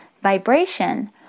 vibration